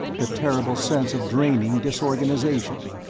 the terrible sense of draining disorganization.